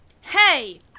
Hey